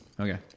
Okay